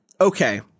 okay